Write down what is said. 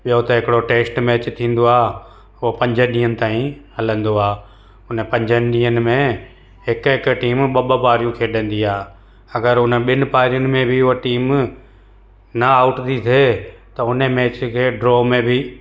ॿियो त हिकिड़ो टैस्ट मैच थींदो आहे उहो पंजनि ॾींहंनि ताईं हलंदो आहे हुन पंजनि ॾींहंनि में हिकु हिकु टीम ॿ ॿ बारियूं खेॾंदी आहे अगरि उन ॿिनि बारीउनि में बि उहा टीम ना आउट थी थिए त हुने मैच खे ड्रॉ में बि